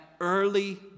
early